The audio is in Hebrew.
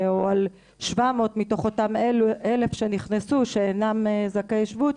או על 700 מתוך אותם 1,000 שנכנסו שאינם זכאי חוק השבות,